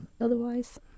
otherwise